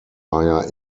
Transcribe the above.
hire